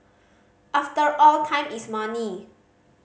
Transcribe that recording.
after all time is money